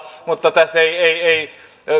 mutta tässä